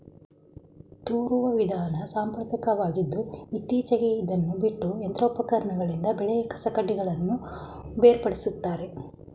ತೂರುವ ವಿಧಾನ ಸಾಂಪ್ರದಾಯಕವಾಗಿದ್ದು ಇತ್ತೀಚೆಗೆ ಇದನ್ನು ಬಿಟ್ಟು ಯಂತ್ರೋಪಕರಣಗಳಿಂದ ಬೆಳೆಯ ಕಸಕಡ್ಡಿಗಳನ್ನು ಬೇರ್ಪಡಿಸುತ್ತಾರೆ